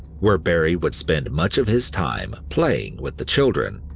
where barrie would spend much of his time playing with the children.